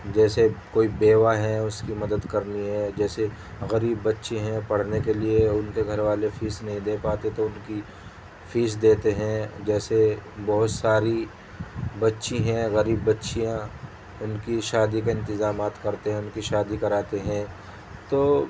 جیسے کوئی بیوہ ہے اس کے مدد کرنی ہے جیسے غریب بچے ہیں پڑھنے کے لیے ان کے گھر والے فیس نہیں دے پاتے تو ان کی فیس دیتے ہیں جیسے بہت ساری بچی ہیں غریب بچیاں ان کی شادی کے انتظامات کرتے ہیں ان کی شادی کراتے ہیں تو